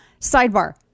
Sidebar